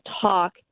talk